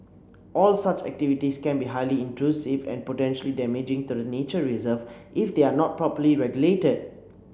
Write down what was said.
all such activities can be highly intrusive and potentially damaging to the nature reserves if they are not properly regulated